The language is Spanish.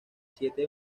siete